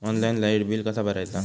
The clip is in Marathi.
ऑनलाइन लाईट बिल कसा भरायचा?